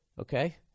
Okay